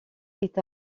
est